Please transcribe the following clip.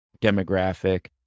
demographic